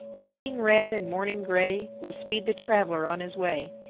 evening red and morning gray will speed the traveler on his way.